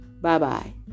Bye-bye